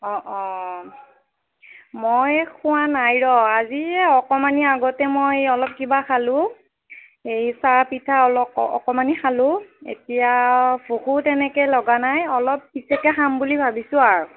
অঁ অঁ মই খোৱা নাই ৰ' আজি এই অকণমান আগতে মই অলপ কিবা খালোঁ এই চাহ পিঠা অল অকণমান খালোঁ এতিয়া ভোকো তেনেকৈ লগা নাই অলপ পিছতকৈ খাম বুলি ভাবিছোঁ আৰু